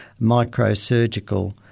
microsurgical